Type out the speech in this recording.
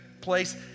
place